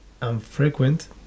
unfrequent